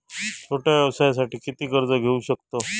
छोट्या व्यवसायासाठी किती कर्ज घेऊ शकतव?